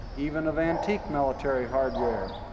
even of antique military hardware.